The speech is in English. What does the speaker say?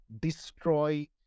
destroy